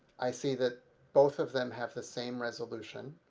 i see that both of them have the same resolution